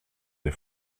des